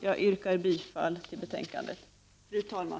Jag yrkar bifall till utskottets hemställan.